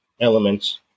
elements